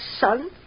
son